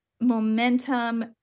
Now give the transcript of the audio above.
momentum